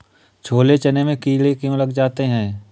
छोले चने में कीड़े क्यो लग जाते हैं?